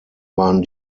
waren